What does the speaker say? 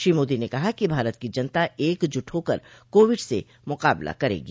श्री मोदी ने कहा कि भारत की जनता एकजुट होकर कोविड से मुकाबला करेगी